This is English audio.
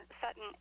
Sutton